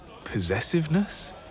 Possessiveness